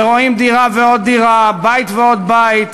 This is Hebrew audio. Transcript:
ורואים דירה ועוד דירה, בית ועוד בית,